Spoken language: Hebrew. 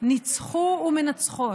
ניצחו ומנצחות,